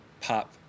pop